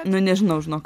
nu nežinau žinok